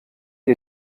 ihr